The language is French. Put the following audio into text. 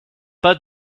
pas